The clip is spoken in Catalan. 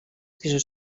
pisos